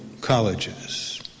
colleges